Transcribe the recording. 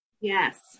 Yes